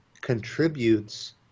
contributes